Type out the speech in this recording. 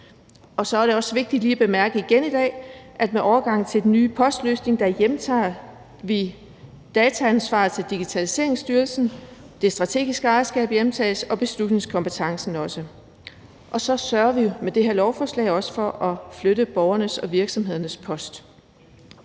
Så er det også vigtigt lige at bemærke igen i dag, at med overgangen til den nye postløsning hjemtager vi dataansvaret til Digitaliseringsstyrelsen, det strategiske ejerskab hjemtages, og beslutningskompetencen også. Og så sørger vi med det her lovforslag også for at flytte borgernes og virksomhedernes post.